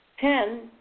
ten